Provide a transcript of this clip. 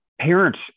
parents